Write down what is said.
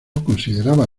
consideraba